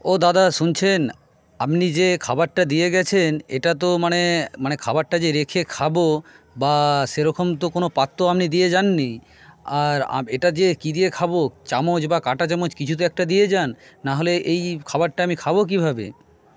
ও দাদা শুনছেন আপনি যে খাবারটা দিয়ে গেছেন এটা তো মানে মানে খাবারটা যে রেখে খাবো বা সেরকম তো কোনো পাত্র আপনি দিয়ে যান নি আর এটা যে কি দিয়ে খাবো চামচ বা কাঁটা চামচ কিছু তো একটা দিয়ে যান নাহলে এই খাবারটা আমি খাবো কীভাবে